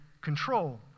control